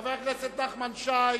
חבר הכנסת נחמן שי,